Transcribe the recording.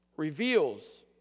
reveals